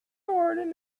garden